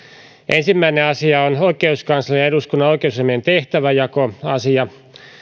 ensimmäinen asia on oikeuskanslerin ja eduskunnan oikeusasiamiehen tehtävänjakoasia